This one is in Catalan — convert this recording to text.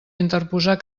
interposar